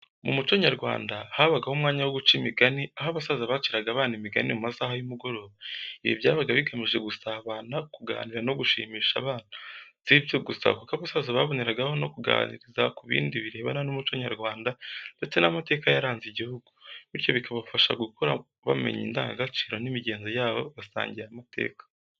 Mu muco nyarwanda, habagaho umwanya wo guca imigani, aho abasaza baciraga abana imigani mu masaha y’umugoroba. Ibi byabaga bigamije gusabana, kuganira no gushimisha abana. Si ibyo gusa, kuko abasaza baboneragaho no kubaganiriza ku bindi birebana n’umuco nyarwanda ndetse n’amateka yaranze igihugu, bityo bikabafasha gukura bamenya indangagaciro n’imigenzo y’abo basangiye amateka.